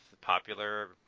popular